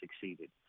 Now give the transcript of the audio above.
succeeded